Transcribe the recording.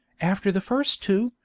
after the first two,